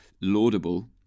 laudable